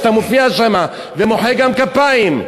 שאתה מופיע שם ומוחא גם כפיים.